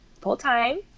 full-time